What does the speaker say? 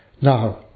Now